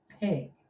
pig